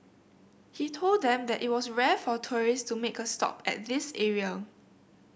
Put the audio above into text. he told them that it was rare for tourist to make a stop at this area